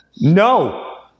No